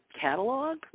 Catalog